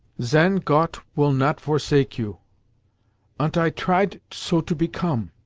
zen got will not forsake you ant i triet so to become.